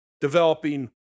developing